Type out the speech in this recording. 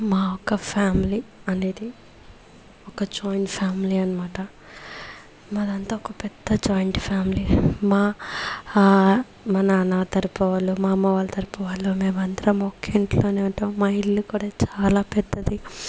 మా అక్క ఫ్యామిలీ అనేది ఒక జాయింట్ ఫ్యామిలీ అనమాట మాదంతా ఒక పెద్ద జాయింట్ ఫ్యామిలీ మా మా నాన్న తరపు వాళ్ళు మా అమ్మ వాళ్ళ తరపు వాళ్ళు మేమందరము ఒకే ఇంట్లోనే ఉంటాం మా ఇల్లు కూడా చాలా పెద్దది